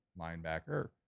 linebacker